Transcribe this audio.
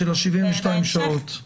של ה-72 שעות.